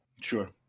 Sure